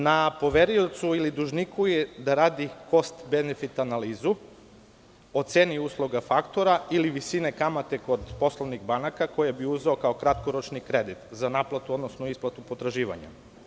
Na poveriocu ili na dužniku je da radi post benefit analizu o ceni usluga faktora ili visine kamate kod poslovnih banaka, koju bi uzeo kao kratkoročni kredit za naplatu, odnosno isplatu potraživanja.